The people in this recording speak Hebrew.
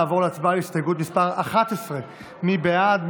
נעבור להצבעה על הסתייגות מס' 11. מי בעד?